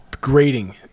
grading